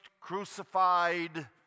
crucified